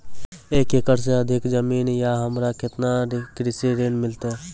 एक एकरऽ से अधिक जमीन या हमरा केतना कृषि ऋण मिलते?